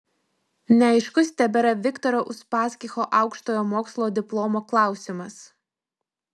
neaiškus tebėra viktoro uspaskicho aukštojo mokslo diplomo klausimas